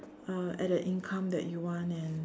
uh at the income that you want and